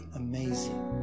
amazing